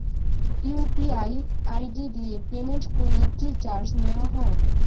UPI ID দিয়ে payment করলে কি চার্জ নেয়া হয়?